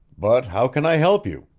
but how can i help you?